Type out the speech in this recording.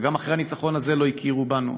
וגם אחרי הניצחון הזה לא הכירו בנו.